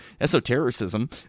Esotericism